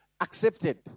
accepted